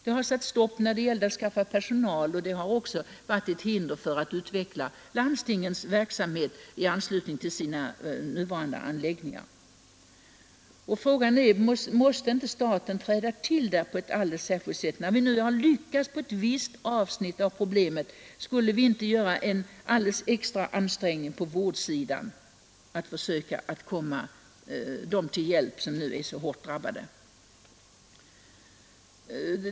Det har blivit ett stopp när det gällt att skaffa personal, och bristsituationen har också gjort det omöjligt att utveckla landstingens verksamhet vid de nuvarande anläggningarna. Frågan är om inte staten då måste träda till. När vi nu har lyckats på ett avsnitt, borde vi inte då göra en extra ansträngning på vårdsidan och försöka komma dem till hjälp som nu är så hårt drabbade?